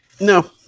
No